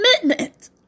commitment